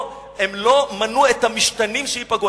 הם לא מנו את המשתנים שייפגעו.